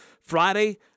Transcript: Friday